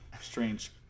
strange